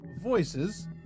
voices